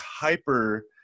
hyper